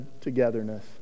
togetherness